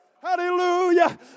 Hallelujah